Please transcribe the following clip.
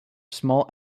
small